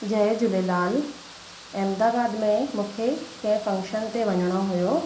जय झूलेलाल अहमदाबाद में मूंखे कंहिं फंक्शन ते वञणो हुयो